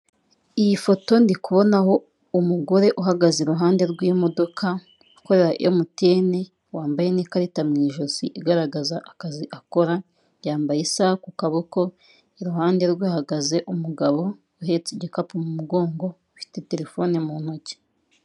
Iyi foto, ndi kubinaho umugore uhagaze i ruhande rw'imodoka, ukorera MTN, wambaye n'ikarita mu ijosi igaragaza akazi akora, yambaye isaha ku kaboko, i ruhande rwe hahagaze umugabo uhetse igikapu mu mugongo, ufite telefone mu ntoki.